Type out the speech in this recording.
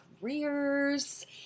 careers